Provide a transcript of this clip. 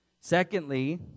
Secondly